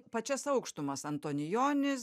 pačias aukštumas antonijonis